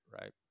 Right